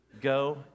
Go